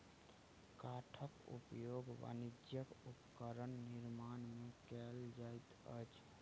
काठक उपयोग वाणिज्यक उपकरण निर्माण में कयल जाइत अछि